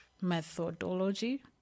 methodology